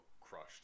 crushed